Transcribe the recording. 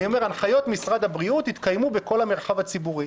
אני אומר הנחיות משרד הבריאות יתקיימו בכל המרחב הציבורי.